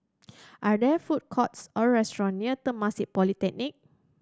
are there food courts or restaurant near Temasek Polytechnic